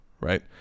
right